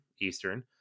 Eastern